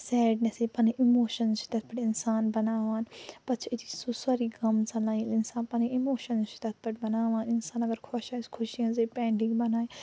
sadness یا پَنٕنۍ emotions چھِ تتھ پٮ۪ٹھ اِنسان بناوان پَتہٕ چھُ أتی سُہ سورُے غَم ژَلان ییٚلہِ اِنسان پَنٕنۍ اِموشَنٕز چھِ تتھ پٮ۪ٹھ بناوان اِنسان اگر خۄش آسہِ خوٚشی ہٕنٛزے پینٹِنٛگ بَنایہِ